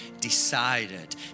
decided